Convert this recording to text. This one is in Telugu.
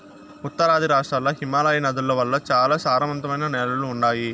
ఉత్తరాది రాష్ట్రాల్ల హిమాలయ నదుల వల్ల చాలా సారవంతమైన నేలలు ఉండాయి